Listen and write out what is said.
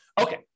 Okay